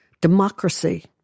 democracy